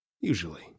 Usually